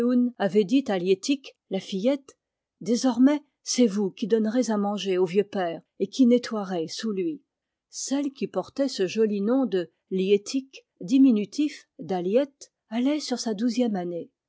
avait dit à liettik la fillette désormais c'est vous qui donnerez à manger au vieux père et qui nettoierez sous lui celle qui portait ce joli nom de liettik diminutif d'aliette allait sur sa douzième année